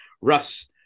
Russ